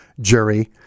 jury